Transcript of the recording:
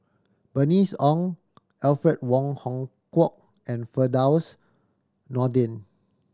Bernice Ong Alfred Wong Hong Kwok and Firdaus Nordin